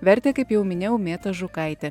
vertė kaip jau minėjau mėta žukaitė